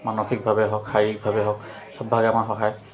মানসিকভাৱে হওক শাৰীৰিকভাৱে হওক চবভাগে আমাৰ সহায়